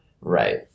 Right